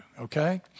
okay